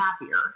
happier